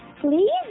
please